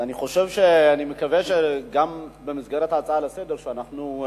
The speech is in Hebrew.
אז אני מקווה שגם במסגרת ההצעה לסדר-היום שאנחנו,